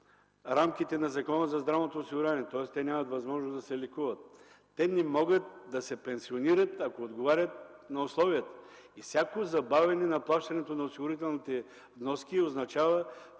рамките на Закона за здравното осигуряване, тоест нямат възможност да се лекуват, не могат да се пенсионират, ако не отговарят на условията. Всяко забавяне на плащането на осигурителните вноски означава